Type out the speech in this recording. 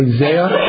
Isaiah